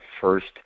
first